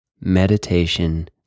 meditation